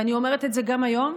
ואני אומרת את זה גם היום.